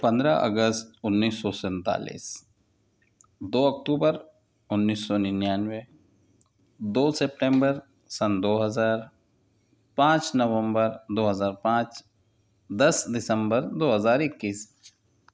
پندرہ اگست انیس سو سنتالیس دو اكتوبر انیس سو ننانوے دو سیپٹمبر سن دو ہزار پانچ نومبر دو ہزار پانچ دس دسمبر دو ہزار اکیس